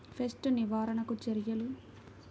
Pest నివారణకు చర్యలు?